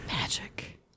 magic